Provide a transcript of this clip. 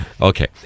Okay